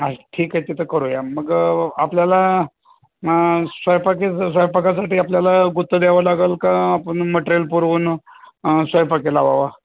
हां ठीक आहे तिथं करूया मग आपल्याला स्वैपाकीचं स्वयंपाकासाठी आपल्याला गुत्त द्यावं लागेल का आपण मटेरियल पुरवून स्वैपाकी लावावा